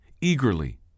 eagerly